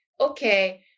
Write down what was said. okay